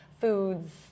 foods